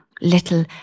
little